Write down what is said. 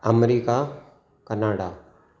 America Canada